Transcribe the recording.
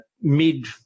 mid